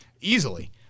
easily